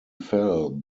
fell